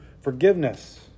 forgiveness